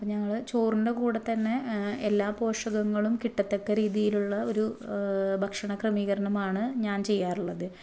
അപ്പം ഞങ്ങൾ ചോറിന്റെ കൂടെ തന്നെ എല്ലാ പോഷകങ്ങളും കിട്ടത്തക്ക രീതിയിലുള്ള ഒരു ഭക്ഷണ ക്രമീകരണമാണ് ഞാന് ചെയ്യാറുള്ളത്